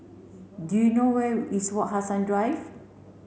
do you know where is Wak Hassan Drive